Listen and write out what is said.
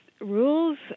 rules